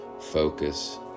focus